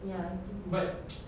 ya tipu